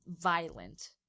violent